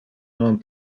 non